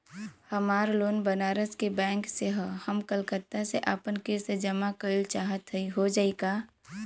हमार लोन बनारस के बैंक से ह हम कलकत्ता से आपन किस्त जमा कइल चाहत हई हो जाई का?